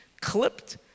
clipped